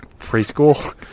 preschool